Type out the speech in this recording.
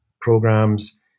programs